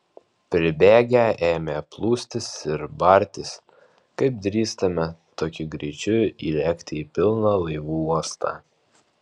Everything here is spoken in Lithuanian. pribėgę ėmė plūstis ir bartis kaip drįstame tokiu greičiu įlėkti į pilną laivų uostą